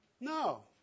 No